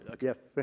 yes